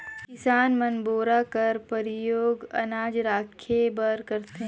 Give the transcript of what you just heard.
किसान मन बोरा कर परियोग अनाज राखे बर करथे